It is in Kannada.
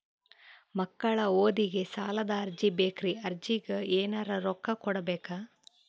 ಮಕ್ಕಳ ಓದಿಗಿ ಸಾಲದ ಅರ್ಜಿ ಬೇಕ್ರಿ ಅರ್ಜಿಗ ಎನರೆ ರೊಕ್ಕ ಕೊಡಬೇಕಾ?